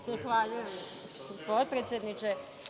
Zahvaljujem, potpredsedniče.